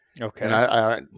Okay